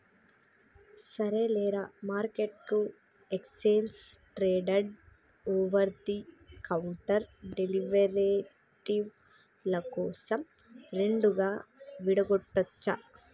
సరేలేరా, మార్కెట్ను exchange traded over the counter derivative ల కోసం రెండుగా విడగొట్టొచ్చు